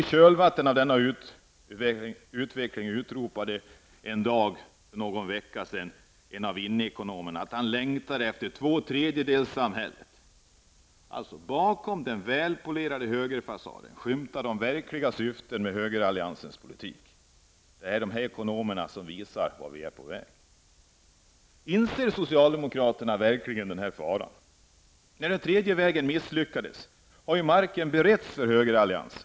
I kölvattnet av denna utveckling utropade för någon vecka sedan en av inneekonomerna att han längtade -- efter två -- tredjedelssamhället. Bakom den välpolerade högerfasaden skymtar alltså de verkliga syftena med högeralliansens politik. Det är de här ekonomerna som visar vart vi är på väg. Inser socialdemokraterna verkligen den här faran? När den tredje vägen misslyckades bereddes marken för högeralliansen.